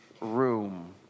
room